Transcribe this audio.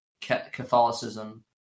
catholicism